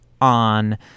on